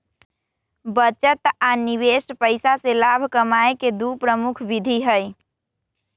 बचत आ निवेश पैसा से लाभ कमाय केँ दु प्रमुख विधि हइ